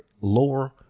lower